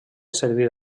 servir